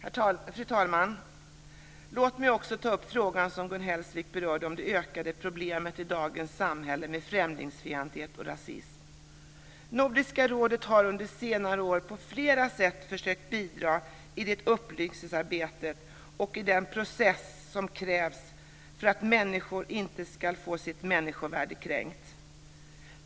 Fru talman! Låt mig också ta upp den fråga som Gun Hellsvik berörde om de ökande problemen i dagens samhälle med främlingsfientlighet och rasism. Nordiska rådet har under senare år på flera sätt försökt bidra i det upplysningsarbete och den process som krävs för att människor inte ska få sitt människovärde kränkt.